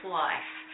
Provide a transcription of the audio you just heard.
life